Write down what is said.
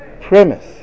premise